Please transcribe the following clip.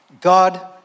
God